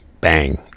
Bang